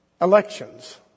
Elections